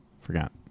forgot